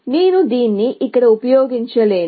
నేను దీన్ని ఇక్కడ ఉపయోగించలేను